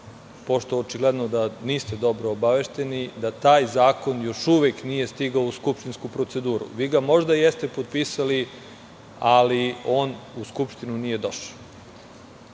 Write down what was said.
pošto očigledno niste dobro obavešteni, da taj zakon još uvek nije stigao u skupštinsku proceduru. Vi ga možda jeste potpisali, ali on u Skupštinu nije došao. Još